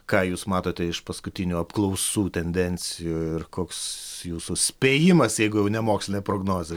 ką jūs matote iš paskutinių apklausų tendencijų ir koks jūsų spėjimas jeigu jau nemokslinė prognozė